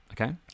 okay